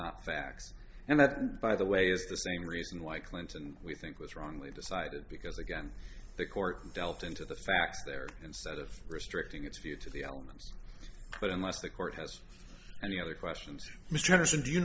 not facts and that by the way is the same reason why clinton we think was wrongly decided because again the court dealt into the facts there instead of restricting its view to the elements but unless the court has any other questions